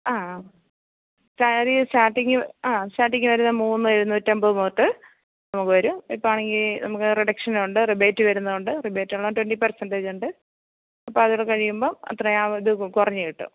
ആ ആ സാരി സ്റ്റാർട്ടിങ് ആ സ്റ്റാർട്ടിങ് വരുന്നത് മൂന്ന് എഴുനൂറ്റമ്പത് തൊട്ട് നമുക്ക് വരും ഇപ്പഴാണെങ്കില് നമുക്ക് റിഡക്ഷനുണ്ട് റിബേറ്റ് വരുന്നതുണ്ട് റിബേറ്റുള്ളെ ട്വൻറ്റി പേർസെൻറ്റേജുണ്ട് അപ്പോള് അതൂടെ കഴിയുമ്പോള് അത്രയാ ഇത് കുറഞ്ഞു കിട്ടും